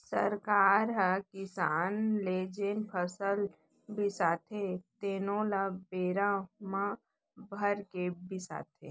सरकार ह किसान ले जेन फसल बिसाथे तेनो ल बोरा म भरके बिसाथे